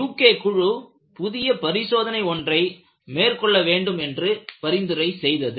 UK குழு புதிய பரிசோதனை ஒன்றை மேற்கொள்ள வேண்டும் என்று பரிந்துரை செய்தது